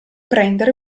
prendere